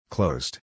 Closed